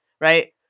right